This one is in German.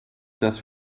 dass